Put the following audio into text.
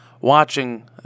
watching